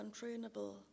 untrainable